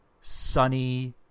Sunny